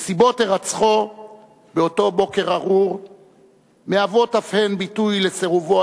נסיבות הירצחו באותו בוקר ארור מהוות אף הן ביטוי לסירובו